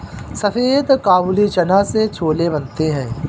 सफेद काबुली चना से छोले बनते हैं